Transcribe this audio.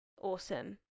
awesome